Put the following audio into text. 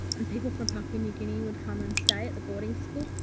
and people from papua new guinea would come and stay at the boarding school.